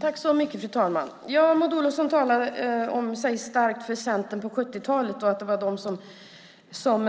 Fru talman! Maud Olofsson talar sig varm för Centern på 70-talet och att det var de som